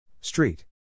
Street